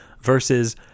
versus